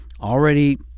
already